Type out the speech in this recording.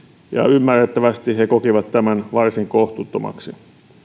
ymmärrettävästi he kokivat tämän varsin kohtuuttomaksi